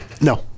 no